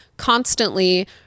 Constantly